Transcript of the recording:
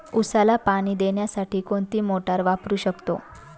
उसाला पाणी देण्यासाठी कोणती मोटार वापरू शकतो?